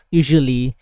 usually